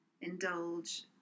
indulge